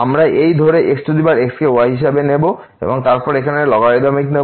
আমরা এই ধরে xx কে y হিসেবে নেব এবং তারপর এখানে লগারিদমিক নেব